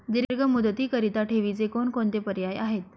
दीर्घ मुदतीकरीता ठेवीचे कोणकोणते पर्याय आहेत?